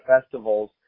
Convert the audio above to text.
festivals